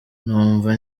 numva